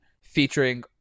featuring